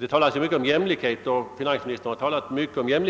Det talas nu mycket om jämlikhet, och det har finansministern också utförligt